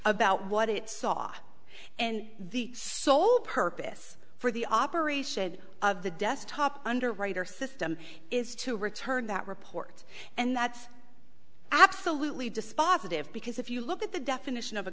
about what it saw and the sole purpose for the operation of the desktop underwriter system is to return that report and that's absolutely dispositive because if you look at the definition of a